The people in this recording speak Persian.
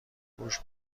پوش